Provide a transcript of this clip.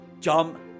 jump